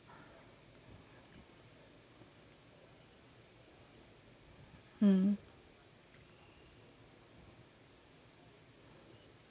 mm